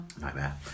Nightmare